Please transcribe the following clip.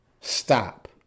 Stop